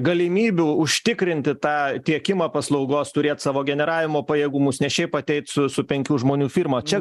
galimybių užtikrinti tą tiekimą paslaugos turėt savo generavimo pajėgumus ne šiaip ateit su su penkių žmonių firma čia